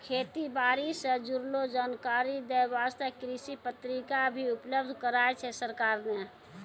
खेती बारी सॅ जुड़लो जानकारी दै वास्तॅ कृषि पत्रिका भी उपलब्ध कराय छै सरकार नॅ